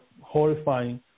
horrifying